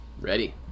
Ready